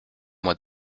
mois